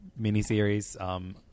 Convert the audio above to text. miniseries